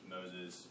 Moses